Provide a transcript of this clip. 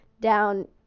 down